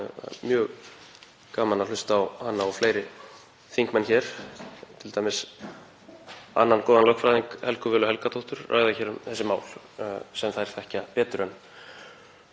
mjög gaman að hlusta á hana og fleiri þingmenn hér, t.d. annan góðan lögfræðing, Helgu Völu Helgadóttur, ræða þessi mál sem þær þekkja betur en